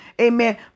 Amen